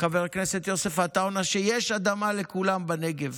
חבר הכנסת יוסף עטאונה שיש אדמה לכולם בנגב.